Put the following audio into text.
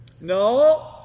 No